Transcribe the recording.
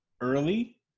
early